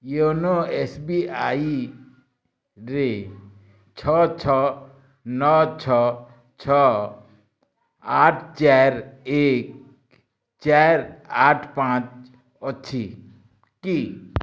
YONO ଏସ୍ବିଆଇରେ ଛଅ ଛଅ ନଅ ଛଅ ଛଅ ଆଠ ଚାରି ଏକ ଚାରି ଆଠ ପାଞ୍ଚ ଅଛି କି